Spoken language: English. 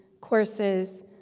Courses